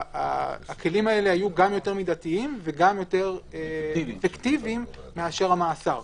שהכלים האלה היו גם יותר מידתיים וגם יותר אפקטיביים מאשר המאסר.